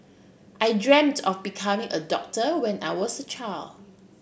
I dreamt of becoming a doctor when I was a child